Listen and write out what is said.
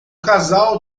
casal